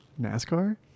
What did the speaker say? NASCAR